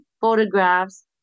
photographs